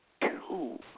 two